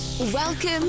Welcome